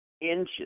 inches